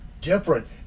different